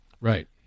Right